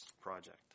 project